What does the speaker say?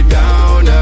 down